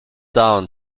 down